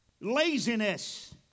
Laziness